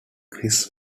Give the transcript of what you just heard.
chris